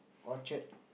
Orchard